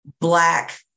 Black